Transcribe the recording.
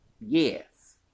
Yes